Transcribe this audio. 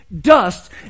dust